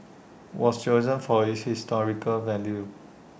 was chosen for its historical value